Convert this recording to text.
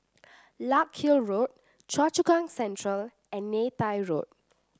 Larkhill Road Choa Chu Kang Central and Neythai Road